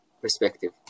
perspective